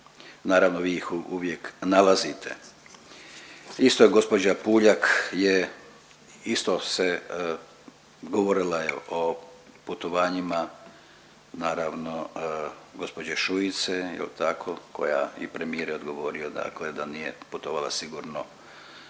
Naravno vi ih uvijek nalazite. Isto je gospođa Puljak isto je govorila o putovanjima naravno gospođe Šuice, jel' tako i premijer je odgovorio dakle da nije putovala sigurno